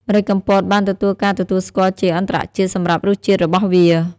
ម្រេចកំពតបានទទួលការទទួលស្គាល់ជាអន្តរជាតិសម្រាប់រសជាតិរបស់វា។